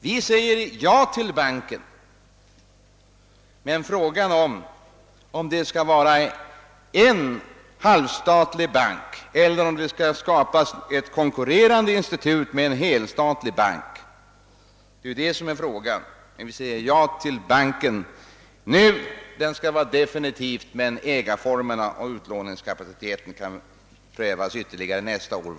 Vi säger ja till banken, men frågan är om det skall vara en halvstatlig bank eller om det skall skapas ett konkurre rande institut med en helstatlig bank. Vi anser att ägarformerna och utlåningskapaciteten kan prövas ytterligare nästa år.